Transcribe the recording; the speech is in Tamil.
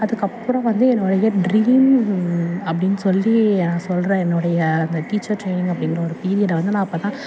அதுக்கு அப்புறம் வந்து என்னுடைய ட்ரீம்மு அப்படின்னு சொல்லி நான் சொல்லுறேன் என்னுடைய அந்த டீச்சர் ட்ரெயினிங் அப்படிங்கிற ஒரு பீரியடை வந்து நான் அப்போ தான்